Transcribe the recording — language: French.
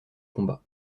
combat